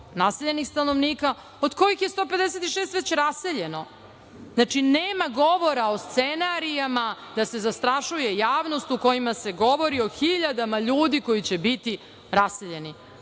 naseljenih stanovnika, od kojih je 156 već raseljeno. Znači, nema govora o scenarijima da se zastrašuje javnost u kojima se govori o hiljadama ljudi koji će biti raseljeni.